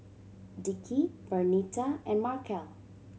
Dickie Bernita and Markell